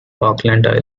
falkland